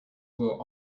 will